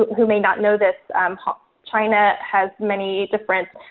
who may not know this, and china has many different,